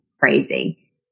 crazy